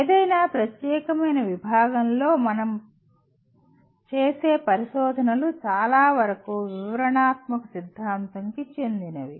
ఏదైనా ప్రత్యేకమైన విభాగంలో మనం చేసే పరిశోధనలు చాలావరకు వివరణాత్మక సిద్ధాంతం కి చెందినవి